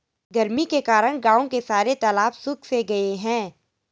गर्मी के कारण गांव के सारे तालाब सुख से गए हैं